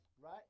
right